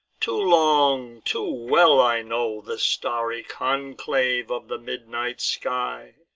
too long, too well i know the starry conclave of the midnight sky,